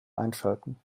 einschalten